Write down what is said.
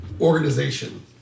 organization